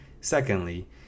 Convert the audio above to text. Secondly